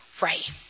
right